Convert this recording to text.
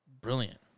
Brilliant